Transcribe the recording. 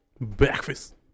Breakfast